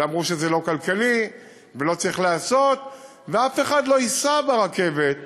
שאמרו שזה לא כלכלי ולא צריך להיעשות ואף אחד לא ייסע ברכבת.